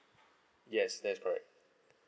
yes that's correct